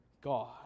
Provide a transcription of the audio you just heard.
God